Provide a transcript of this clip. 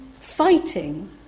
fighting